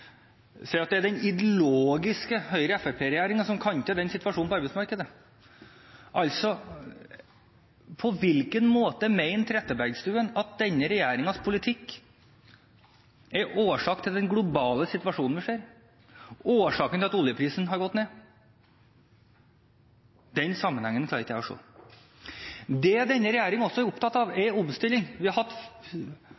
si at jeg finner det litt underlig når representanten Trettebergstuen, fra Arbeiderpartiet, sier at det er den ideologiske Høyre–Fremskrittsparti-regjeringen som kan for den situasjonen på arbeidsmarkedet. På hvilken måte mener Trettebergstuen at denne regjeringens politikk er årsak til den globale situasjonen vi ser, årsaken til at oljeprisen har gått ned? Den sammenhengen klarer ikke jeg å se. Det denne regjeringen også er opptatt av, er omstilling. Vi